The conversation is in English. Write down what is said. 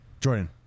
Jordan